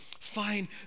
fine